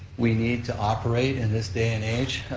we need to operate in this day and age.